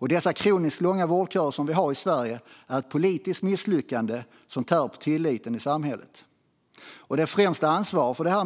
De kroniskt långa vårdköer som vi har i Sverige är ett politiskt misslyckande som tär på tilliten i samhället. Det främsta ansvaret för detta